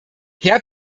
herr